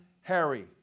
Harry